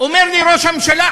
אומר לי ראש הממשלה,